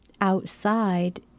outside